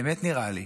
באמת נראה לי,